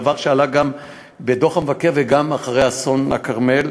דבר שעלה גם בדוח המבקר וגם אחרי אסון הכרמל.